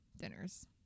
dinners